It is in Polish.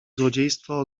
złodziejstwo